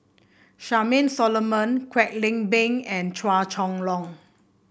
Charmaine Solomon Kwek Leng Beng and Chua Chong Long